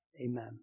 Amen